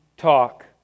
talk